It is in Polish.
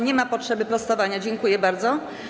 Nie ma potrzeby prostowania, dziękuję bardzo.